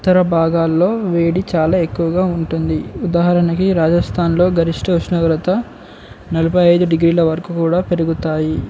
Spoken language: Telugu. ఉత్తర భాగాల్లో వేడి చాలా ఎక్కువగా ఉంటుంది ఉదాహరణకి రాజస్థాన్లో గరిష్ట ఉష్ణోగ్రత నలభై ఐదు డిగ్రీల వరకు కూడా పెరుగుతాయి